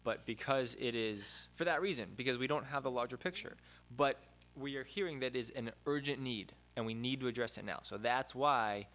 but because it is for that reason because we don't have a larger picture but we are hearing that is an urgent need and we need to address it now so that's why